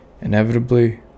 inevitably